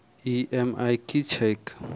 EMI की छैक?